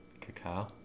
cacao